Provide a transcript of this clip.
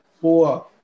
four